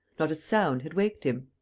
not a sound had waked him!